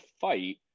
fight